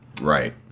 Right